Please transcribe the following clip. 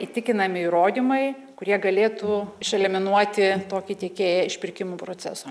įtikinami įrodymai kurie galėtų išeliminuoti tokį tiekėją iš pirkimų proceso